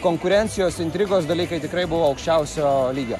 konkurencijos intrigos dalykai tikrai buvo aukščiausio lygio